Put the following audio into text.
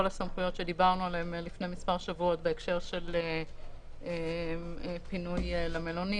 הסמכויות שדיברנו עליהם לפני מספר שבועות בהקשר של פינוי למלונית